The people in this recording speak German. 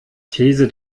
these